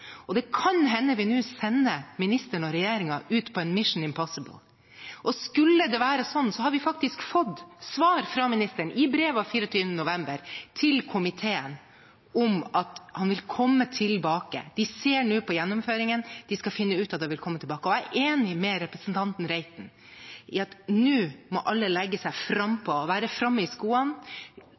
Det kan hende vi nå sender ministeren og regjeringen ut på et «mission impossible». Skulle det være sånn, har vi faktisk fått svar fra ministeren i brev av 24. november til komiteen om at han vil komme tilbake – de ser nå på gjennomføringen, de skal finne ut av det og komme tilbake. Jeg er enig med representanten Reiten i at nå må alle være frampå og være framme i skoene